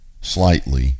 slightly